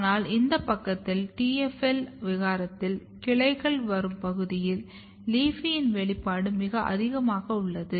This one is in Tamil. ஆனால் இந்த பக்கத்தில் TFL விகாரத்தில் கிளைகள் வரும் பகுதியில் LEAFY இன் வெளிப்பாடு மிக அதிகமாக உள்ளது